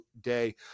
day